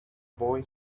boy